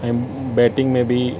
ऐं बेटिंग में बि